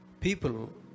people